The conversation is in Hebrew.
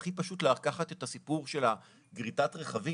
הכי פשוט לקחת את הסיפור של גריטת רכבים,